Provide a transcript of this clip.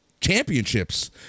championships